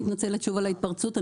מתנצלת שוב על ההתפרצות,